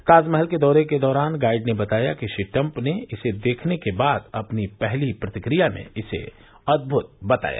ताजमहल के दौरे के दौरान गाइड ने बताया कि श्री ट्रंप ने इसे देखने के बाद अपनी पहली प्रतिक्रिया में इसे अद्भुत बताया